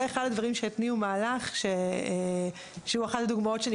זה אחד הדברים שהתניעו מהלך שהוא אחד הדוגמאות שאני